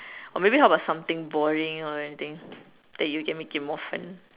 or maybe how about something boring or anything that you can make it more fun